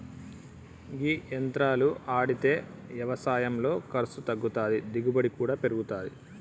గీ యంత్రాలు ఆడితే యవసాయంలో ఖర్సు తగ్గుతాది, దిగుబడి కూడా పెరుగుతాది